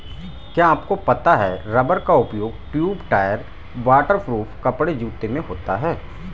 क्या आपको पता है रबर का उपयोग ट्यूब, टायर, वाटर प्रूफ कपड़े, जूते में होता है?